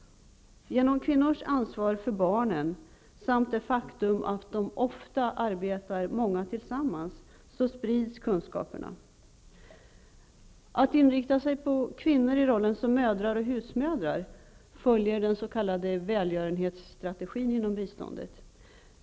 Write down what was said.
Genom kvinnors ansvar för barnen, samt det faktum att kvinnor ofta arbetar många tillsammans, sprids kunskaperna. En inriktning på kvinnor i rollen som mödrar och husmödrar följer den s.k. välgörenhetsstrategin inom biståndet.